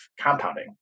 compounding